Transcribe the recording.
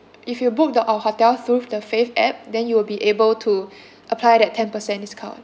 if you book the our hotel through the fave app then you'll be able to apply that ten percent discount